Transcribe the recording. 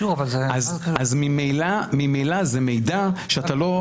אז ממילא זה מידע שאתה לא,